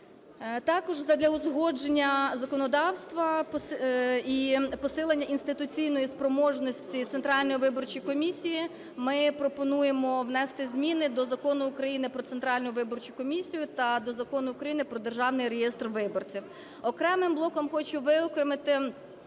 Також задля узгодження законодавства і посилення інституційної спроможності Центральної виборчої комісії ми пропонуємо внести зміни до Закону України "Про Центральну виборчу комісію" та до Закону України "Про державний реєстр виборців". Окремим блоком хочу виокремити